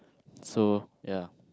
so ya